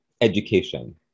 education